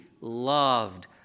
loved